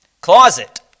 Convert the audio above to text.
Closet